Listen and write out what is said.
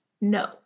No